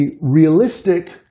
realistic